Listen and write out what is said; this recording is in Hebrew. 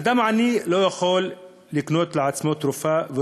אדם עני לא יכול לקנות לעצמו תרופות,